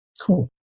Cool